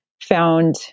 found